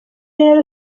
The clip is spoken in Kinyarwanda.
rero